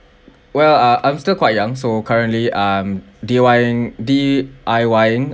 well uh I'm still quite young so currently I'm D_Ying D_I_Ying